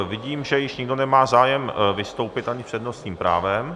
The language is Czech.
Vidím, že již nikdo nemá zájem vystoupit ani s přednostním právem.